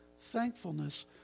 thankfulness